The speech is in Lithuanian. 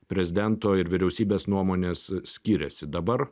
prezidento ir vyriausybės nuomonės skiriasi dabar